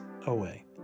away